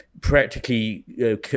practically